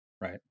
right